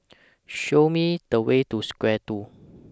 Show Me The Way to Square two